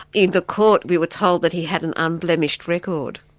in the court we were told that he had an unblemished record.